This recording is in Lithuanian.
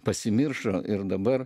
pasimiršo ir dabar